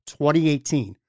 2018